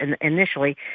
initially